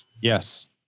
Yes